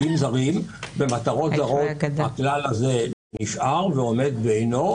איך בכל זאת אולי אפשר להימנע מהתופעה הזאת.